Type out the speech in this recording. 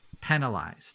penalized